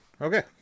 Okay